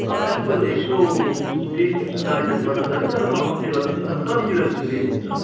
Apple एक सौ तिस एक सौ चालिसहरू गरेर छ कि तर म कम्ती गरिदिन्छु नि तपाईँले कति किलो जस्तो लिनुहुन्छ